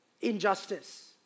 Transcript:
Injustice